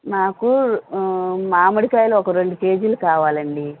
మాకూ మామిడి కాయలు ఒక రెండు కేజీలు కావాలండి